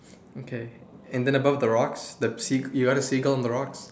okay and then above the rocks the sea you got a seagull on the rocks